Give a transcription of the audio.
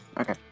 Okay